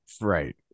Right